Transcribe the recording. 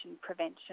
prevention